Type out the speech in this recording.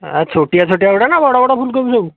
ଆଉ ଛୋଟିଆ ଛୋଟିଆ ଗୁଡ଼ା ନା ବଡ଼ ବଡ଼ ଫୁଲକୋବି ସବୁ